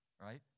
Right